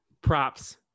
Props